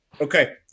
Okay